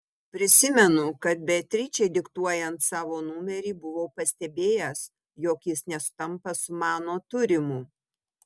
prisimenu kad beatričei diktuojant savo numerį buvau pastebėjęs jog jis nesutampa su mano turimu